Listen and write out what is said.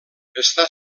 està